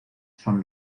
son